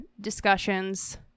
discussions